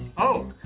oh,